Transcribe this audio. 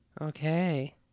Okay